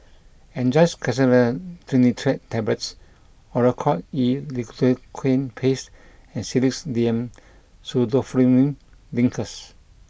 Angised Glyceryl Trinitrate Tablets Oracort E Lidocaine Paste and Sedilix D M Pseudoephrine Linctus